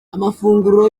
amafunguro